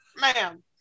Ma'am